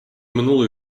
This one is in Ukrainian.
минуло